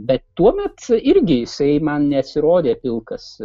bet tuomet irgi jisai man nesirodė pilkas